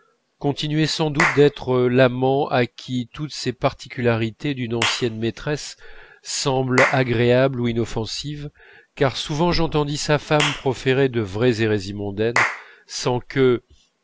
continuait sans doute d'être l'amant à qui toutes ces particularités d'une ancienne maîtresse semblent agréables ou inoffensives car souvent j'entendis sa femme proférer de vraies hérésies mondaines sans que